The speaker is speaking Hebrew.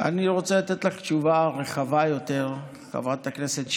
אני רוצה לתת לך תשובה רחבה יותר, חברת הכנסת שיר.